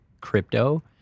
crypto